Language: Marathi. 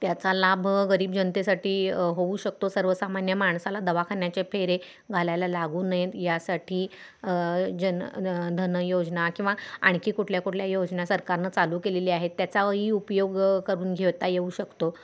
त्याचा लाभ गरीब जनतेसाठी होऊ शकतो सर्वसामान्य माणसाला दवाखान्याचे फेरे घालायला लागू नयेत यासाठी जन धन योजना किंवा आणखी कुठल्या कुठल्या योजना सरकारनं चालू केलेली आहेत त्याचा ही उपयोग करून घेता येऊ शकतो